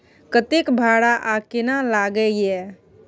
कतेक भाड़ा आ केना लागय ये?